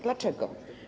Dlaczego?